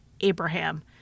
Abraham